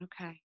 Okay